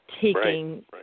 taking